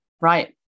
right